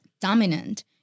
dominant